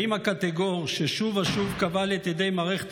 האם הקטגור ששוב ושוב כבל את ידי מערכת